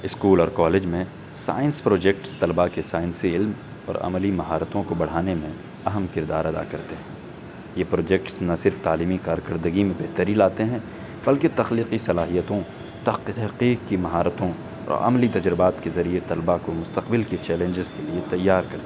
school اور college میں science projects طلبہ کے سائنسی علم اور عملی مہارتوں کو بڑھانے میں اہم کردار ادا کرتے ہیں یہ پروجیکٹس نہ صرف تعلیمی کارکردگی میں بہتری لاتے ہیں بلکہ تخلیقی صلاحیتوں تق تحقیق کی مہارتوں اور عملی تجربات کے ذریعے طلبہ کو مستقبل کے چیلنجز کے لیے تیار کرنا